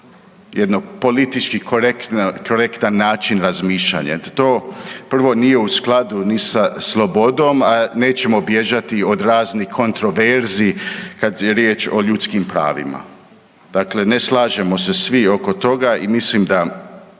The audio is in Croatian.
jedan politički korektan način razmišljanja. To prvo nije u skladu ni sa slobodom, a nećemo bježati od raznih kontraverzi kada je riječ o ljudskim pravima. Dakle, ne slažemo se svi oko toga i mislim da